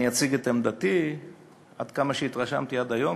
אני אציג את עמדתי עד כמה שהתרשמתי עד היום,